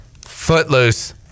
Footloose